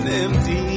empty